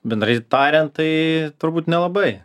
bendrai tariant tai turbūt nelabai